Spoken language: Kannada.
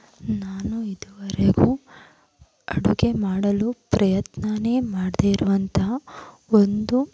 ನಾನು ಇದುವರೆಗೂ ಅಡುಗೆ ಮಾಡಲು ಪ್ರಯತ್ನಾನೇ ಮಾಡದೇ ಇರುವಂತಹ ಒಂದು